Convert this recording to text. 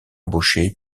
embauché